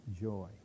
joy